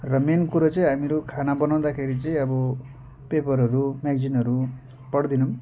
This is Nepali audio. र मेन कुरो चाहिँ हामीहरू खाना बनाउँदाखेरि चाहिँ अब पेपरहरू म्यागजिनहरू पढ्दैनौँ